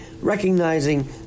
recognizing